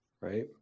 right